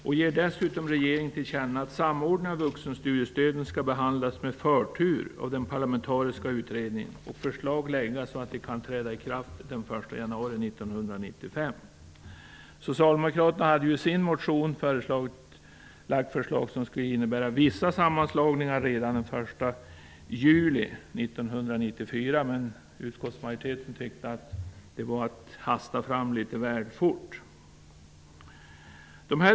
Vi ger dessutom regeringen till känna att samordningen av vuxenstudiestöden skall behandlas med förtur av den parlamentariska utredningen och att förslag skall läggas som kan träda i kraft den 1 januari Socialdemkraterna har i sin motion lagt fram ett förslag som skulle innebära vissa sammanslagningar redan den 1 juli 1994. Men utskottet tyckte att det var att hasta fram litet väl snabbt.